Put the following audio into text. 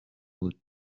بود